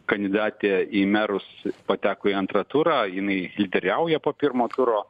kandidatė į merus pateko į antrą turą jinai lyderiauja po pirmo turo